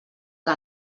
que